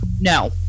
No